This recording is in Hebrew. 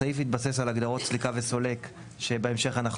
הסעיף התבסס על הגדרות סליקה וסולק שבהמשך אנחנו